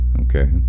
Okay